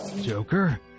Joker